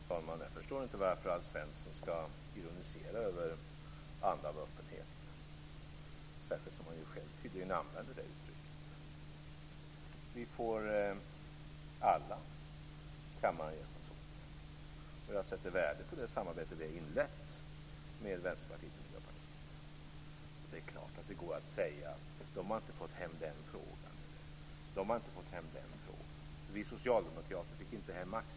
Fru talman! Jag förstår inte varför Alf Svensson skall ironisera över en anda av öppenhet, särskilt som han själv använder uttrycket. Vi får alla i kammaren hjälpas åt. Jag sätter värde på det samarbete vi har inlett med Vänsterpartiet och Miljöpartiet. Visst går det att säga: "De har inte fått hem den eller den frågan. Vi socialdemokrater fick inte hem maxtaxan."